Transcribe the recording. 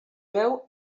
veu